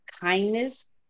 kindness